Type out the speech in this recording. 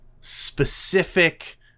specific